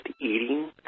eating